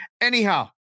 Anyhow